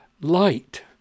light